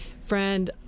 Friend